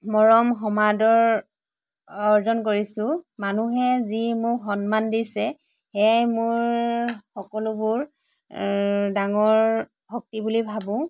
মৰম সমাদৰ অৰ্জন কৰিছোঁ মানুহে যি মোক সন্মান দিছে সেয়াই মোৰ সকলোবোৰ এই ডাঙৰ শক্তি বুলি ভাবোঁ